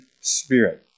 spirit